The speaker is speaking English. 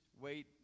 wait